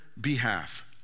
behalf